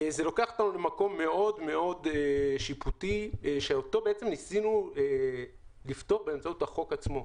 זה לוקח אותנו למקום מאוד מאוד שיפוטי שניסינו לפתור באמצעות החוק עצמו.